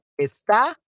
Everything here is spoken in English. Está